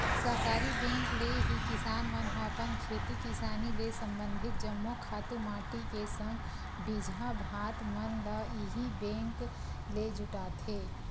सहकारी बेंक ले ही किसान मन ह अपन खेती किसानी ले संबंधित जम्मो खातू माटी के संग बीजहा भात मन ल इही बेंक ले जुटाथे